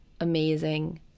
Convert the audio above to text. amazing